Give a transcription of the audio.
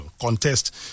contest